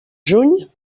juny